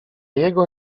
jego